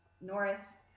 norris